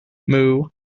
moo